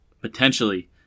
potentially